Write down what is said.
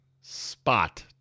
spot